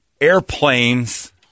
airplanes